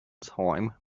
time